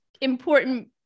important